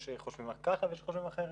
יש חושבים ככה ויש שחושבים אחרת.